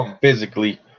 physically